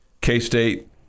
K-State